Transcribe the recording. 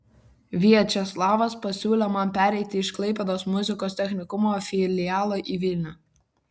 viačeslavas pasiūlė man pereiti iš klaipėdos muzikos technikumo filialo į vilnių